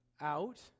Out